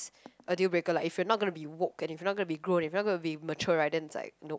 a deal breaker like if you're not gonna be woke and if you're not gonna be grown and if you not going to be mature then is like nope